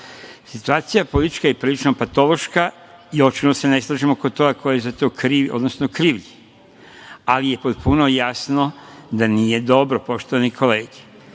Situacija politička je prilično patološka i očito se ne slažem oko toga ko je za to kriv, odnosno krivlji, ali je potpuno jasno da nije dobro, poštovane